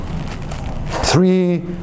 Three